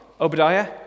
Obadiah